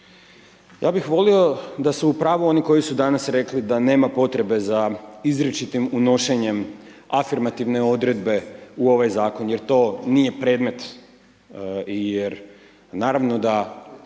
Ja bih volio da su u pravu oni koji su danas rekli da nema potrebe za izričitim unošenjem afirmativne odredbe u ovaj zakon jer to nije predmet jer naravno da